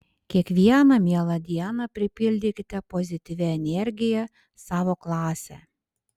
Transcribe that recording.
kiekvieną mielą dieną pripildykite pozityvia energija savo klasę